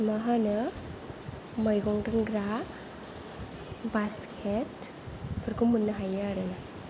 मा होनो मैगं दोनग्रा बास्केटफोरखौ मोननो हायो आरो